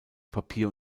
papier